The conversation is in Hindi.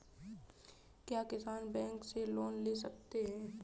क्या किसान बैंक से लोन ले सकते हैं?